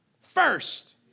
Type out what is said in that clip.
First